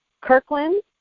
Kirkland